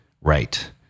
right